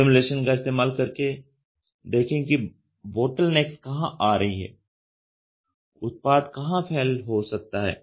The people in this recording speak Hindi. सिमुलेशन का इस्तेमाल करके देखें कि बॉटलनेक्स कहां आ रही हैं उत्पाद कहां फैल हो सकता है